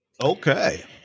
Okay